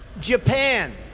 Japan